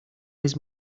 his